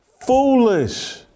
foolish